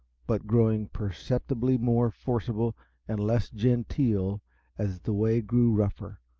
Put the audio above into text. but growing perceptibly more forcible and less genteel as the way grew rougher,